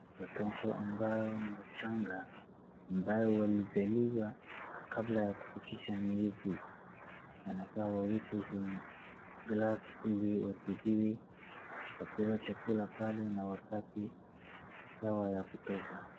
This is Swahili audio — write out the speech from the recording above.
Watoto ambao ni wachanga, ambao walizaliwa kabla ya kufikisha miezi, wanafaa wawekwe kwenye glasi ili watibowe, wapewe chakula pale na wapate dawa ya kutosha.